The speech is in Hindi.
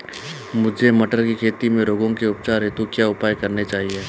मुझे मटर की खेती में रोगों के उपचार हेतु क्या उपाय करने चाहिए?